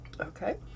Okay